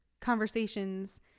conversations